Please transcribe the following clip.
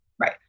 right